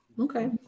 Okay